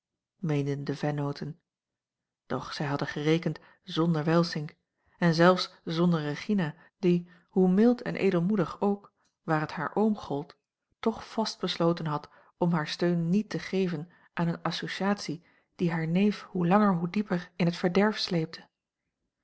meenden de vennooten doch zij hadden gerekend zonder welsink en zelfs zonder regina die hoe mild en edelmoedig ook waar het haar oom gold toch vast besloten had om haar steun niet te geven aan eene associatie die haar neef hoe langer hoe dieper in het verderf sleepte